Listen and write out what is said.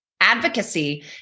Advocacy